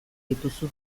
dituzu